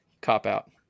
cop-out